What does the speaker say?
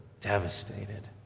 devastated